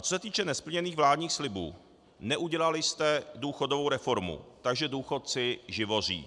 Co se týče nesplněných vládních slibů neudělali jste důchodovou reformu, takže důchodci živoří.